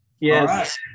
Yes